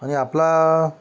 आणि आपला